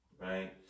Right